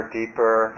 deeper